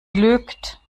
lügt